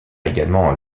également